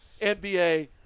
NBA